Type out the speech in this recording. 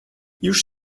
już